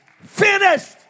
finished